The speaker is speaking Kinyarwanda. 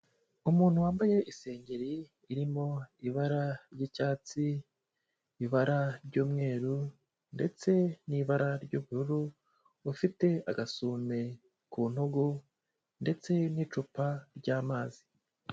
Umuntu wambaye isengeri irimo ibara ry'icyatsi, ibara ry'umweru ndetse n'ibara ry'ubururu, ufite agasume ku ntugu ndetse n'icupa ryamazi.